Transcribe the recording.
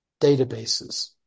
databases